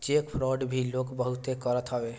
check fraud भी लोग बहुते करत हवे